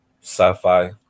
sci-fi